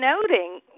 noting